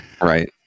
right